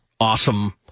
awesome